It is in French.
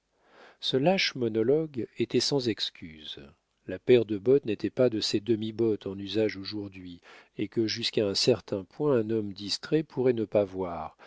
ce lâche monologue était sans excuse la paire de bottes n'était pas de ces demi bottes en usage aujourd'hui et que jusqu'à un certain point un homme distrait pourrait ne pas voir